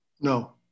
No